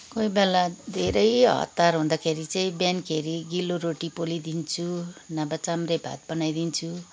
कोही बेला धेरै हतार हुँदाखेरि चाहिँ बिहानखेरि गिलो रोटी पोलिदिन्छु नभए चाम्रे भात बनाइदिन्छु